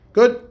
Good